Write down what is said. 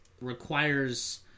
requires